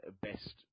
Best